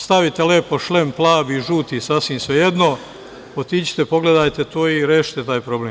Stavite lepo šlem, plavi, žuti, sasvim svejedno, otiđite, pogledajte to i rešite taj problem.